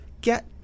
get